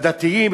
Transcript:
בדתיים,